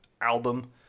album